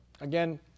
Again